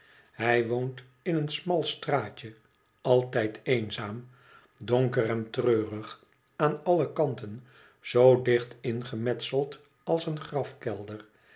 hij woont in een smal straatje altijd eenzaam donkeren treurig aan alle kanten zoo dicht ingemetseld als een